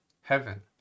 heaven